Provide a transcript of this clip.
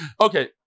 Okay